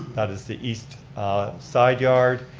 that is the east side yard,